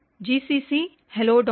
c o hello